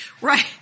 Right